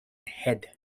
head